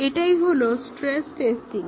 এটাই হলো stress testing